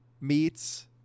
meats